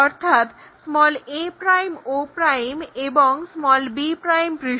অর্থাৎ a o এবং b পৃষ্ঠ